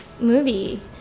movie